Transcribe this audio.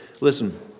Listen